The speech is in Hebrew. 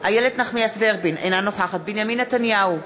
איילת נחמיאס ורבין, אינה נוכחת בנימין נתניהו,